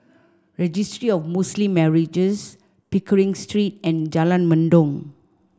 Registry of Muslim Marriages Pickering Street and Jalan Mendong